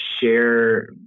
share